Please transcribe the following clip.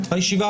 הישיבה